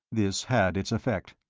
this had its effect.